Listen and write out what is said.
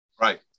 Right